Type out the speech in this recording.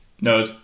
No